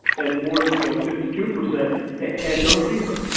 and more, you know fifty two percent had no fever.